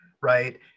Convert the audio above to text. right